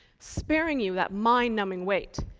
sparing you that mind-numbing wait.